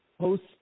post